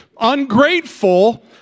Ungrateful